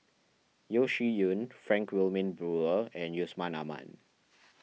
Yeo Shih Yun Frank Wilmin Brewer and Yusman Aman